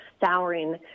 souring